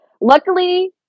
Luckily